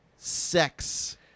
sex